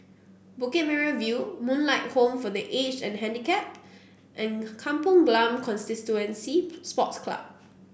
Bukit Merah View Moonlight Home for The Aged and Handicapped and Kampong Glam Constituency Sports Club